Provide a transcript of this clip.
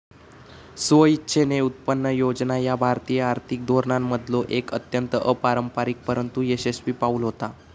स्वेच्छेने उत्पन्न योजना ह्या भारतीय आर्थिक धोरणांमधलो एक अत्यंत अपारंपरिक परंतु यशस्वी पाऊल होता